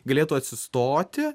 galėtų atsistoti